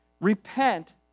Repent